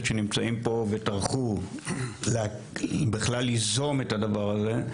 שנמצאים פה וטרחו בכלל ליזום את הדבר הזה.